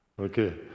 okay